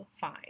fine